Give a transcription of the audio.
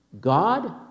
God